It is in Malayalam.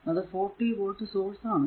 അത് 40 വോൾട് സോഴ്സ് ആണ്